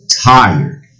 tired